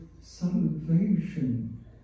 Salvation